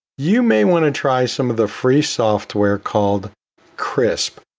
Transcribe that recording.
you may want to try some of the free software called krisp,